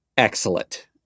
excellent